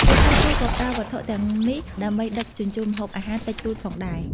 ពេលខ្លះគេក៏ប្រើវត្ថុទាំងនេះដើម្បីដឹកជញ្ជូនម្ហូបអាហារតិចតួចផងដែរ។